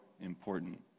important